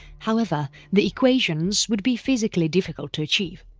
however, the equations would be physically difficult to achieve.